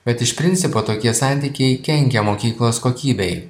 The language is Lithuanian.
bet iš principo tokie santykiai kenkia mokyklos kokybei